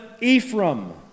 Ephraim